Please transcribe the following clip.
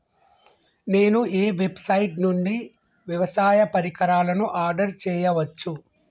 నేను ఏ వెబ్సైట్ నుండి వ్యవసాయ పరికరాలను ఆర్డర్ చేయవచ్చు?